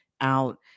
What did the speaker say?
out